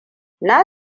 na